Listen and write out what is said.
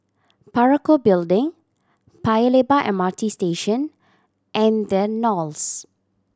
Parakou Building Paya Lebar M R T Station and The Knolls